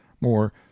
more